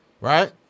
right